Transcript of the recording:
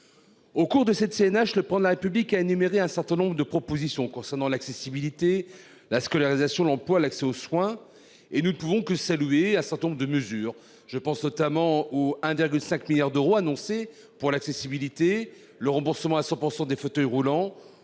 Au cours de cette CNH le prends de la République a énuméré un certain nombre de propositions concernant l'accessibilité, la scolarisation, l'emploi, l'accès aux soins et nous ne pouvons que saluer un certain nombre de mesures, je pense notamment, ou 1,5 milliards d'euros annoncés pour l'accessibilité le remboursement à 100% des fauteuils roulants